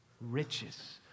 Riches